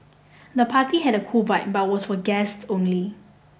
the party had a cool vibe but was for guests only